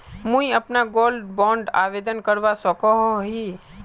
मुई अपना gold bond आवेदन करवा सकोहो ही?